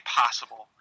possible